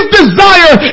desire